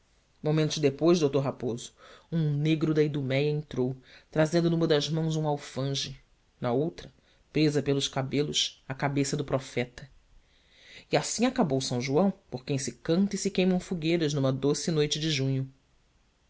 momentos depois d raposo um negro de iduméia entrou trazendo numa das mãos um alfanje na outra presa pelos cabelos a cabeça do profeta e assim acabou são joão por quem se canta e se queimam fogueiras numa doce noite de junho